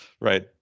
right